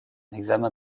examen